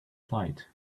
flight